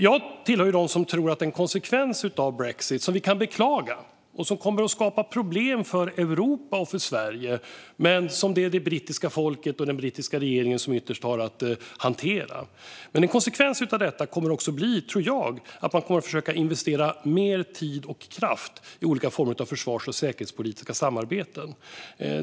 Jag tillhör dem som tror att en konsekvens av brexit, som vi kan beklaga och som kommer att skapa problem för Europa och för Sverige men som det är det brittiska folket och den brittiska regeringen som ytterst har att hantera, är att man kommer att försöka investera mer tid och kraft i olika former av försvars och säkerhetspolitiska samarbeten.